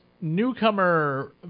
newcomer